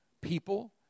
people